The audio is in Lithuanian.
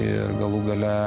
ir galų gale